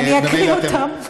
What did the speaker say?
ואני אקריא אותם.